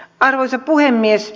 arvoisa puhemies